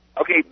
Okay